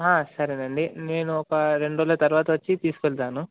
సరేనండి నేను ఒక రెండు రోజుల తర్వాత వచ్చి తీసుకెళ్తాను